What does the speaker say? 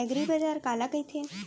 एगरीबाजार काला कहिथे?